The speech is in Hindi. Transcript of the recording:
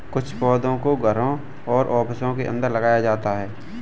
कुछ पौधों को घरों और ऑफिसों के अंदर लगाया जाता है